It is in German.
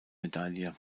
medaille